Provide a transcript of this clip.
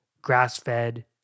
grass-fed